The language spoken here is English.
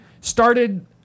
started